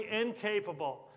incapable